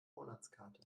monatskarte